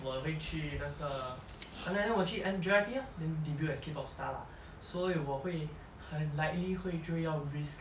我会去那个 !hanna! 我去 J_Y_P lor then debut as K pop star lah 所以我会很 likely 会就要 risk